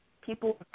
people